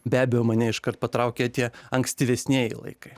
be abejo mane iškart patraukė tie ankstyvesnieji laikai